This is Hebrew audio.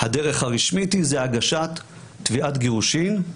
הדרך הרשמית היא הגשת תביעת גירושין,